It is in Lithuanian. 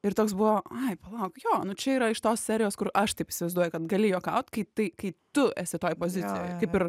ir toks buvo ai palauk jo nu čia yra iš tos serijos kur aš taip įsivaizduoju kad gali juokaut kai tai kai tu esi toj pozicijoj kaip ir